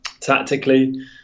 tactically